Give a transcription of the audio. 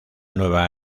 nueva